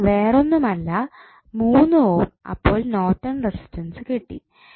അത് വേറെയൊന്നുമല്ല 3 ഓം അപ്പോൾ നോർട്ടൺ റെസിസ്റ്റൻസ് കിട്ടി